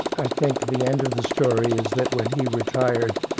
i think the end of the story is that, when he retired,